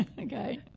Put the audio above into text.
Okay